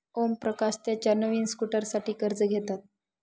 ओमप्रकाश त्याच्या नवीन स्कूटरसाठी कर्ज घेतात